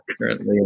currently